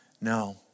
no